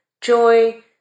joy